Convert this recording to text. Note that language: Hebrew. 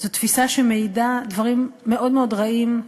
זו תפיסה שמעידה על דברים מאוד מאוד רעים,